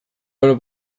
oro